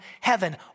heaven